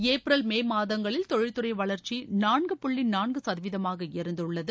April May மாதங்களில் தொழில்துறை வளர்ச்சி நான்கு புளளி நான்கு சதவீதமாக இருந்துள்ளது